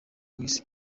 isi